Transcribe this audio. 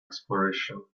exploration